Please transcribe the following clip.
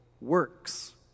works